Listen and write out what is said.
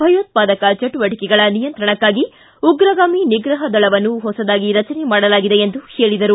ಭಯೋತ್ಪಾದಕ ಚಟುವಟಿಕೆಗಳ ನಿಯಂತ್ರಣಕ್ಕಾಗಿ ಉಗ್ರಗಾಮಿ ನಿಗ್ರಹ ದಳವನ್ನು ಹೊಸದಾಗಿ ರಚನೆ ಮಾಡಲಾಗಿದೆ ಎಂದು ಹೇಳಿದರು